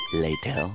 later